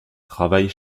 travaille